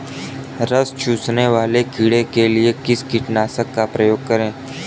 रस चूसने वाले कीड़े के लिए किस कीटनाशक का प्रयोग करें?